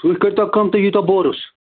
تُہۍ کٔرۍتو کٲم تُہۍ ییٖتو بورُس